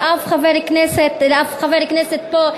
לאף חבר כנסת פה,